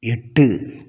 எட்டு